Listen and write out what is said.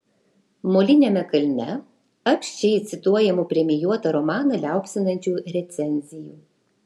moliniame kalne apsčiai cituojamų premijuotą romaną liaupsinančių recenzijų